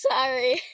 Sorry